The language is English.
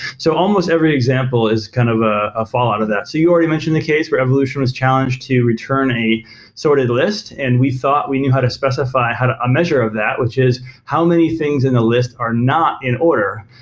so almost every example is kind of ah a fallout of that. so you already mentioned the case where evolution was challenged to return a sorted list and we thought we knew how to specify a measure of that, which is how many things in the list are not in order?